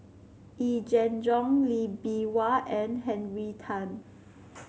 Yee Jenn Jong Lee Bee Wah and Henry Tan